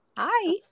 Hi